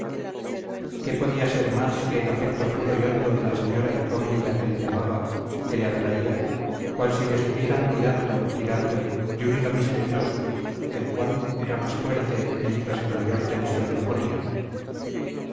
qué podía ser más que el afecto puro y hondo de la señora incógnita que le llamaba que le atraía cual si le estuvieran tirando tirando de un hilo misterioso el cual era más fuerte mientras en mayor tensión lo ponían